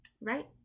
right